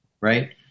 right